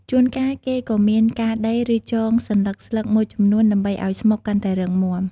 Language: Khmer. ជួនកាល គេក៏មានការដេរ ឬចង សន្លឹកស្លឹកមួយចំនួនដើម្បីឲ្យស្មុកកាន់តែរឹងមាំ។